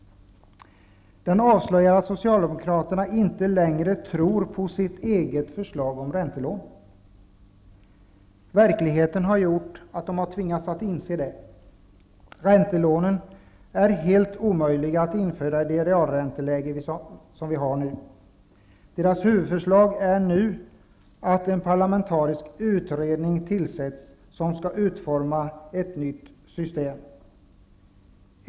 Den avslöjar att Socialdemokraterna inte längre tror på sitt eget förslag om räntelån. Verkligheten har gjort att de tvingats att inse att räntelånen är helt omöjliga att införa i det realränteläge vi nu har. Deras huvudförslag är nu att en parlamentarisk utredning tillsätts, som skall utforma ett nytt system.